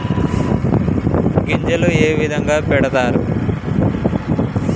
గింజలు ఏ విధంగా పెడతారు?